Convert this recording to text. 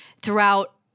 throughout